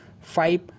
five